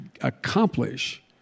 accomplish